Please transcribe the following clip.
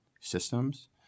systems